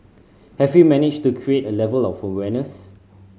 have we managed to create a level of awareness